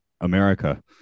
America